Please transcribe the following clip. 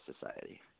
society